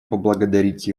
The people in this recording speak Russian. поблагодарить